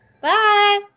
Bye